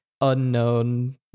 unknown